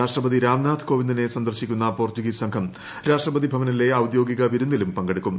രാഷ്ട്രപതി രാംനാഥ് കോവിന്ദിനെ സന്ദർശിക്കുന്ന പോർച്ചുഗീസ് സംഘം രാഷ്ട്രപതി ഭവനിലെ ഔദ്യോഗിക വിരുന്നിലും പങ്കെടുക്കും